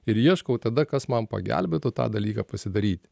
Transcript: ir ieškau tada kas man pagelbėtų tą dalyką pasidaryt